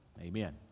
Amen